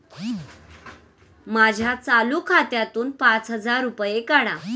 माझ्या चालू खात्यातून पाच हजार रुपये काढा